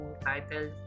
title